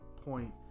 point